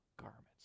garments